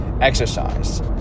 exercise